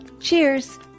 Cheers